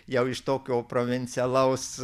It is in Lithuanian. jau iš tokio provincialaus